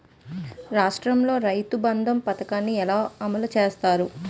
రాష్ట్రంలో రైతుబంధు పథకాన్ని ఎలా అమలు చేస్తారు?